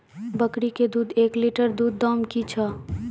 बकरी के एक लिटर दूध दाम कि छ?